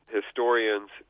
historians